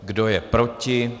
Kdo je proti?